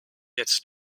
jetzt